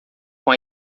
com